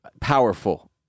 powerful